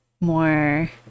more